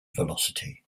velocity